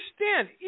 understand